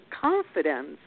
confidence